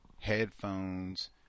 headphones